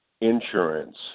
insurance